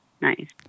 Nice